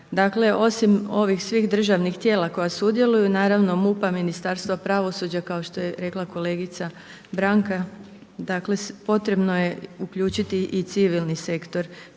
osim ovih svih državnih tijela koja sudjeluju, naravno MUP-a, Ministarstva pravosuđa kao što je rekla kolegica Branka, dakle potrebno je uključiti i civilni sektor